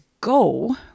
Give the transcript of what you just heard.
go